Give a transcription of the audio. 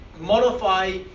modify